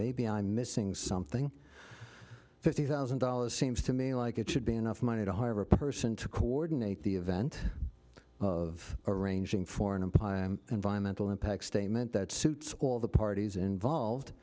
maybe i'm missing something fifty thousand dollars seems to me like it should be enough money to hire a person to coordinate the event of arranging for an empire environmental impact statement that suits all the parties involved